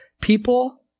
People